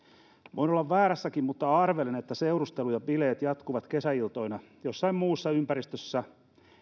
voin olla väärässäkin mutta arvelen että seurustelu ja bileet jatkuvat kesäiltoina jossain muussa ympäristössä